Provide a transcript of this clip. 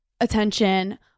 attention